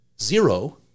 Zero